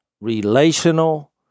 relational